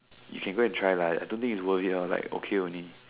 you can go and try lah I don't think it's very good okay only